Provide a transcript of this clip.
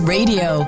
Radio